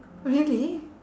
really